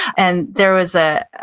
and there was a,